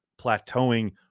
plateauing